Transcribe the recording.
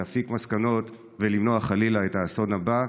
להסיק מסקנות ולמנוע חלילה את האסון הבא,